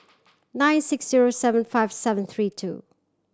nine six zero seven five seven three two